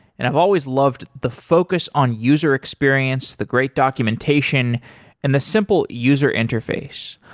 and i've always loved the focus on user experience, the great documentation and the simple user interface.